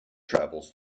travels